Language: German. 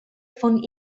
von